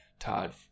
Todd